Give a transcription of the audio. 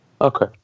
Okay